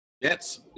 Yes